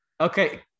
okay